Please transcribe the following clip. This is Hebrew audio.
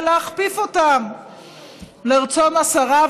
ולהכפיף אותו לרצון השרה,